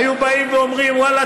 היו אומרים: ואללה,